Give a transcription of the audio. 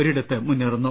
ഒരിടത്ത് മുന്നേറുന്നു